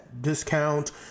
discount